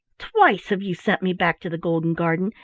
twice have you sent me back to the golden garden,